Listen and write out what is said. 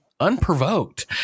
unprovoked